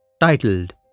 titled